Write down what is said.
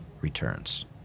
returns